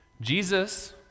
Jesus